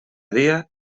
dia